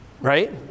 Right